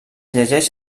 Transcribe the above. llegeix